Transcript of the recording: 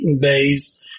bays